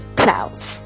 clouds